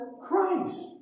Christ